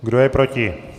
Kdo je proti?